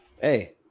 hey